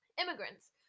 Immigrants